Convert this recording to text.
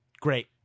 great